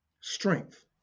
strength